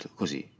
così